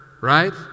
right